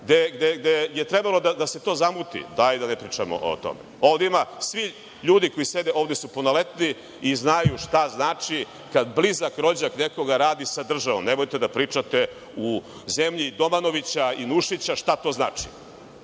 gde je trebalo da se to zamuti. Dajte da ne pričamo o tome. Svi ljudi koji sede ovde su punoletni i znaju šta znači kada blizak rođak nekoga radi sa državom. Nemojte da pričate u zemlji Domanovića i Nušića šta to znači.